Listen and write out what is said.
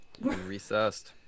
Recessed